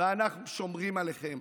ואנחנו שומרים עליכם.